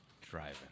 driving